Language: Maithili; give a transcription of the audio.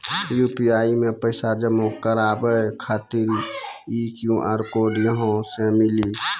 यु.पी.आई मे पैसा जमा कारवावे खातिर ई क्यू.आर कोड कहां से मिली?